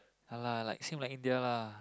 ya lah like same like India lah